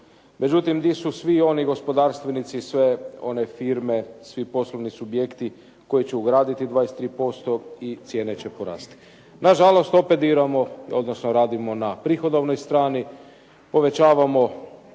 međutim gdje su svi oni gospodarstvenici i sve one firme, svi poslovni subjekti koji će ugraditi 23% i cijene će porasti. Nažalost, opet diramo, odnosno radimo na prihodovnoj strani, povećavamo